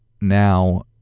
now